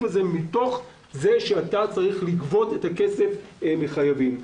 הזה מתוך זה שהוא חייב לגבות את הכסף מחייבים.